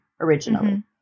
originally